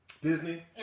Disney